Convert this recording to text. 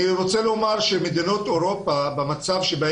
אני רוצה לומר שמדינות אירופה במצב בו